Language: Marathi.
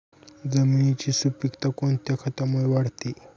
जमिनीची सुपिकता कोणत्या खतामुळे वाढते?